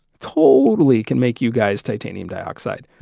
totally can make you guys titanium dioxide.